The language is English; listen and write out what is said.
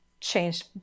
changed